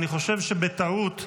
אני חושב שבטעות,